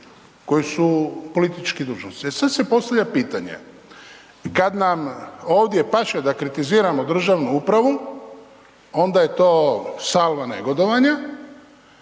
koji su politički dužnosnici. E sada se postavlja pitanje, kada nam ovdje paše da kritiziramo državnu upravu onda je to …/Govornik